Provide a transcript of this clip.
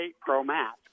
pro-mask